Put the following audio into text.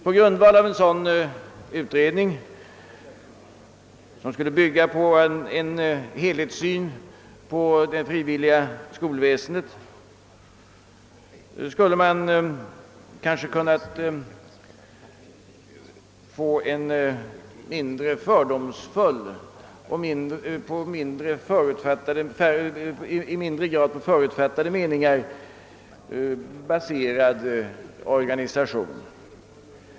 På grundval av en sådan utredning, som skulle bygga på en helhetssyn på det frivilliga skolväsendet, skulle man kanske ha kunnat få en på en mindre fördomsfull och i mindre grad förutfattad mening baserad organisation.